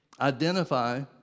identify